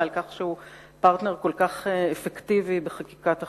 על כך שהוא פרטנר כל כך אפקטיבי בחקיקת החוק,